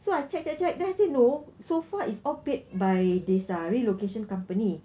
so I check check check then I say no so far is all paid by this uh relocation company